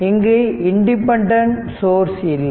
இங்கு independent source இல்லை